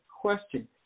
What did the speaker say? question